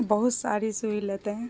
بہت ساری سہولتیں